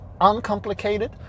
uncomplicated